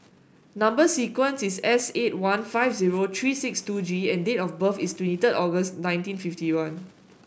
number sequence is S eight one five zero three six two G and date of birth is twenty third August nineteen fifty one